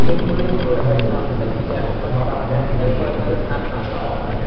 វិធីនេះជួយឲ្យសក់មិនធ្លាក់បិទបាំងមុខ និងមើលទៅស្អាតបាតល្អ។